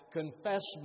confess